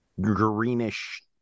greenish